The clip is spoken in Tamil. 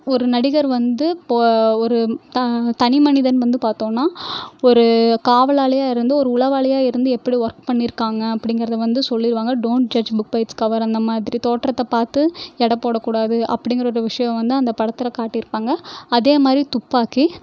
ஒரு நடிகர் வந்து போ ஒரு தா தனி மனிதன் வந்து பார்த்தோன்னா ஒரு காவலாளியாக இருந்து ஒரு உளவாளியாக இருந்து எப்படி ஒர்க் பண்ணியிருக்காங்க அப்படிங்கிறதை வந்து சொல்லிருவாங்க don't judge book by it's cover அந்த மாதிரி தோற்றத்தை பார்த்து எடை போடக் கூடாது அப்படிங்கிறதை ஒரு விஷயம் வந்து அந்த படத்தில் காட்டியிருப்பாங்க அதே மாதிரி துப்பாக்கி